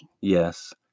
Yes